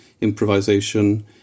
improvisation